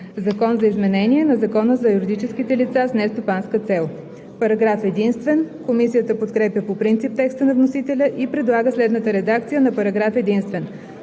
„Закон за изменение на Закона за юридическите лица с нестопанска цел (обн., ДВ, бр. …)“. Комисията подкрепя по принцип текста на вносителя и предлага следната редакция на параграф единствен: